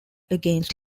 against